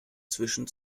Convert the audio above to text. zwischen